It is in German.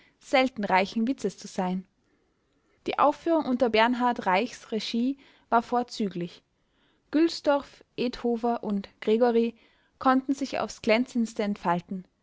selten reichen witzes zu sein die aufführung unter bernhard reichs regie war vorzüglich gülstorff edthofer und gregori konnten sich aufs glänzendste entfalten